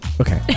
Okay